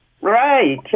Right